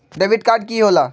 Debit card की होला?